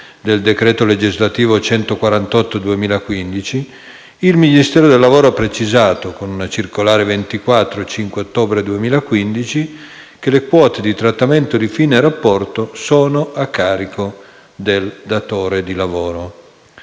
del decreto legislativo n. 148 del 2015, il Ministero del lavoro ha precisato - con la circolare n. 24 del 5 ottobre 2015 - che le quote di trattamento di fine rapporto sono a carico del datore di lavoro.